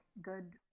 good